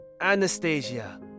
Anastasia